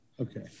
Okay